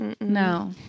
No